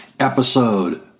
Episode